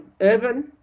urban